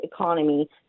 economy